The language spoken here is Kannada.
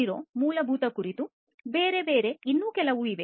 0 ಮೂಲಭೂತ ಕುರಿತು ಬೇರೆ ಬೇರೆ ಇನ್ನೂ ಕೆಲವು ಇವೆ